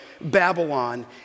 Babylon